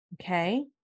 Okay